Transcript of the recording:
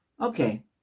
Okay